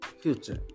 future